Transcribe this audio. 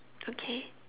okay